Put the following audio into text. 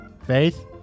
Faith